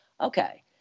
Okay